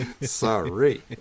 Sorry